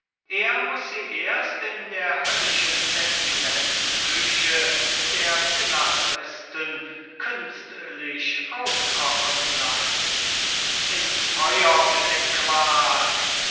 er muß sie erst in der höllischen pestilenzküche der belletristen künstlich aufkochen lassen ins feuer mit dem quark